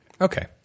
Okay